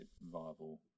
viable